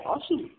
Awesome